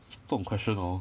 这种 question hor